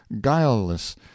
guileless